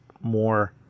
more